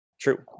True